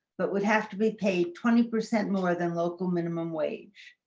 but would have to be paid twenty percent more than local minimum wage,